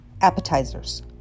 appetizers